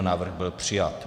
Návrh byl přijat.